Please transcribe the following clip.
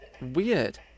weird